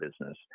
business